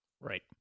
Right